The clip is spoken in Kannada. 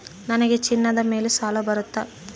ನನಗೆ ಚಿನ್ನದ ಮೇಲೆ ಸಾಲ ಬರುತ್ತಾ?